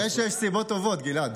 כנראה שיש סיבות טובות, גלעד.